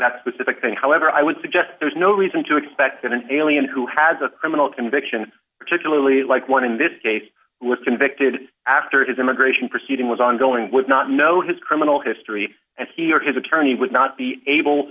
that specific thing however i would suggest there's no reason to expect that an alien who has a criminal conviction particularly like one in this case was convicted after his immigration proceeding was ongoing would not know his criminal history and he or his attorney would not be